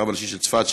הרב הראשי של צפת,